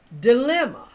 dilemma